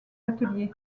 ateliers